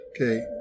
Okay